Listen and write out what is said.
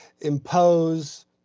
impose